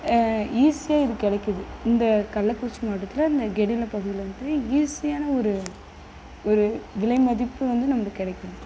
ஈஸியாக இது கிடைக்குது இந்த கள்ளக்குறிச்சி மாவட்டத்தில் இந்த கெடில பகுதியில வந்து ஈஸியான ஒரு ஒரு விலைமதிப்பு வந்து நம்மளுக்கு கிடைக்குது